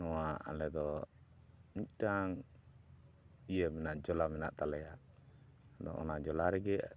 ᱱᱚᱣᱟ ᱟᱞᱮ ᱫᱚ ᱢᱤᱫᱴᱟᱝ ᱤᱭᱟᱹ ᱢᱮᱱᱟᱜ ᱡᱚᱞᱟ ᱢᱮᱱᱟᱜ ᱛᱟᱞᱮᱭᱟ ᱟᱫᱚ ᱚᱱᱟ ᱡᱚᱞᱟ ᱨᱮᱜᱮ